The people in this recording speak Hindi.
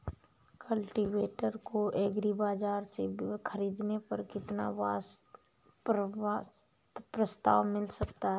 कल्टीवेटर को एग्री बाजार से ख़रीदने पर कितना प्रस्ताव मिल सकता है?